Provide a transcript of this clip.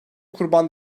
kurban